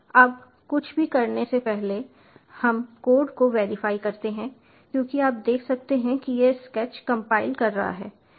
अब कुछ भी करने से पहले हम कोड को वेरीफाई करते हैं क्योंकि आप देख सकते हैं कि यह स्केच कंपाइल कर रहा है